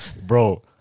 bro